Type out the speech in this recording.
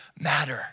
matter